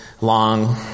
long